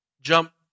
jump